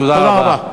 תודה רבה.